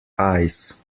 eyes